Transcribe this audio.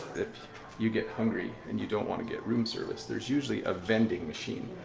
if you get hungry and you don't want to get room service, there's usually a vending machine.